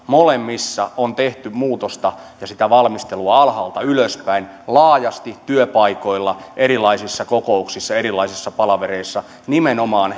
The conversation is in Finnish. molemmissa on tehty muutosta ja sitä valmistelua alhaalta ylöspäin laajasti työpaikoilla erilaisissa kokouksissa erilaisissa palavereissa nimenomaan